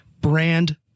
Brand